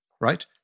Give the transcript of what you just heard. right